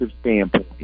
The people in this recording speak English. standpoint